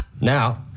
Now